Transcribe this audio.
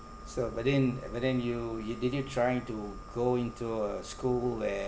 so but then but then you you didn't trying to go into a school where